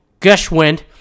Gushwind